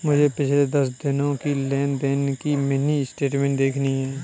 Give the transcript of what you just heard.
मुझे पिछले दस दिनों की लेन देन की मिनी स्टेटमेंट देखनी है